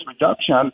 reduction